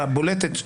הבולטת,